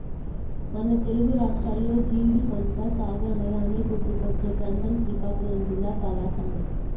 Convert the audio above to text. మన తెలుగు రాష్ట్రాల్లో జీడి పంట సాగు అనగానే గుర్తుకొచ్చే ప్రాంతం శ్రీకాకుళం జిల్లా పలాసనే